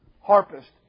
harpist